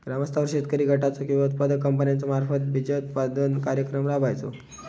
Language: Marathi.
ग्रामस्तरावर शेतकरी गटाचो किंवा उत्पादक कंपन्याचो मार्फत बिजोत्पादन कार्यक्रम राबायचो?